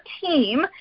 team